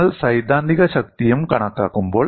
നിങ്ങൾ സൈദ്ധാന്തിക ശക്തിയും കണക്കാക്കുമ്പോൾ